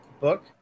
book